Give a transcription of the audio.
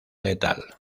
letal